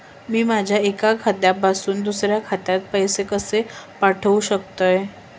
मी माझ्या एक्या खात्यासून दुसऱ्या खात्यात पैसे कशे पाठउक शकतय?